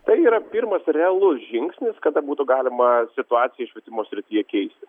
tai yra pirmas realus žingsnis kada būtų galima situaciją švietimo srityje keisti